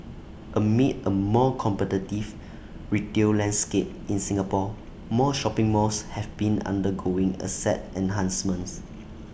amid A more competitive retail landscape in Singapore more shopping malls have been undergoing asset enhancements